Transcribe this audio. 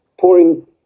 pouring